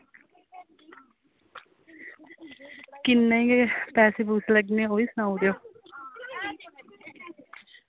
किन्नै गै पैसे लग्गने न ओह्बी सुनाई ओड़ेओ